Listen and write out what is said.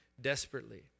desperately